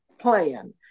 plan